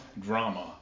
drama